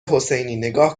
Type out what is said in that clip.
حسینی، نگاه